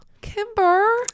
Kimber